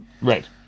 Right